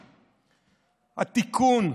התיקון,